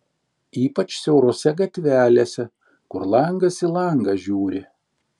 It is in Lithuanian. ypač siaurose gatvelėse kur langas į langą žiūri